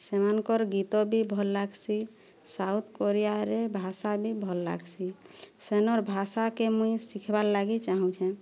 ସେମାନଙ୍କର ଗୀତ ବି ଭଲ୍ ଲାଗ୍ସି ସାଉଥ୍ କୋରିଆରେ ଭାଷା ବି ଭଲ୍ ଲାଗ୍ସି ସେନର୍ ଭାଷାକେ ମୁଇଁ ଶିଖିବାର୍ ଲାଗି ଚାହୁଁଛେଁ